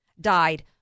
died